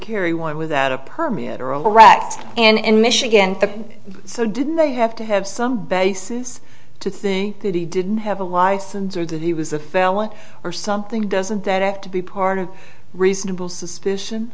carry one without a permit or overact and michigan so didn't they have to have some basis to think that he didn't have a license or that he was a felon or something doesn't that have to be part of reasonable suspicion